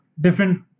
different